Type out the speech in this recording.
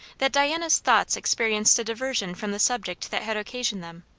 that diana's thoughts experienced a diversion from the subject that had occasioned them.